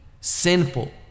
sinful